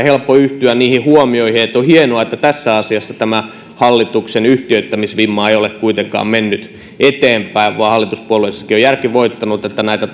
helppo yhtyä niihin huomioihin että on hienoa että tässä asiassa hallituksen yhtiöittämisvimma ei ole kuitenkaan mennyt eteenpäin vaan hallituspuolueissakin on järki voittanut että näitä